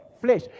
flesh